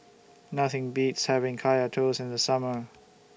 Nothing Beats having Kaya Toast in The Summer